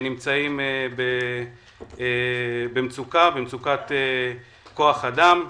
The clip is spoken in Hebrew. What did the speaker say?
שנמצאים במצוקת כוח אדם.